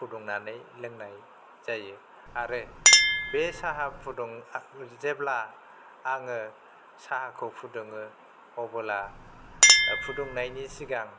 फुदुंनानै लोंनाय जायो आरो बे साहा फुदुं जेब्ला आङो साहाखौ फुदुङो अब्ला फुदुंनायनि सिगां